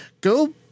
go